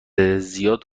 زیاد